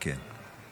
כן.